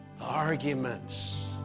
arguments